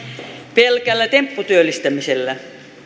pelkällä tempputyöllistämisellä